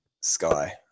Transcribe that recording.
sky